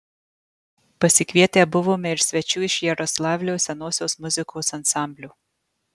pasikvietę buvome ir svečių iš jaroslavlio senosios muzikos ansamblio